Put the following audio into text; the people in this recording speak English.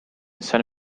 san